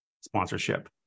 sponsorship